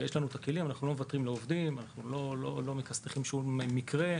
אנחנו לא מוותרים לעובדים, אנחנו מטפלים במקרים.